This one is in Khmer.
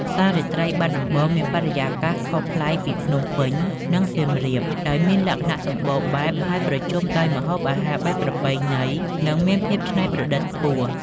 ផ្សាររាត្រីបាត់ដំបងមានបរិយាកាសខុសប្លែកពីភ្នំពេញ និងសៀមរាប ដោយមានលក្ខណៈសម្បូរបែប ហើយប្រជុំដោយម្ហូបអាហារបែបប្រពៃណី និងមានភាពច្នៃប្រឌិតខ្ពស់។